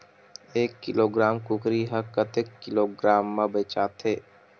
एक किलोग्राम कुकरी ह कतेक किलोग्राम म बेचाथे?